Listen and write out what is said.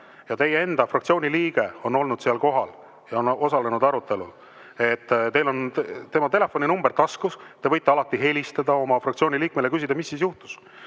ja teie enda fraktsiooni liige on olnud seal kohal ja on osalenud arutelul. Teil on tema telefoninumber taskus. Te võite alati helistada oma fraktsiooni liikmele, küsida, mis siis juhtus.